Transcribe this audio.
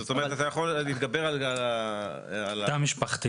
זאת אומרת אתה יכול להתגבר על --- תא משפחתי.